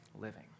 living